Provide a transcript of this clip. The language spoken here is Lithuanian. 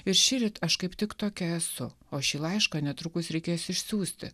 ir šįryt aš kaip tik tokia esu o šį laišką netrukus reikės išsiųsti